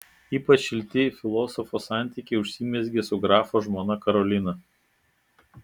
ypač šilti filosofo santykiai užsimezgė su grafo žmona karolina